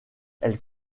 elle